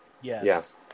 yes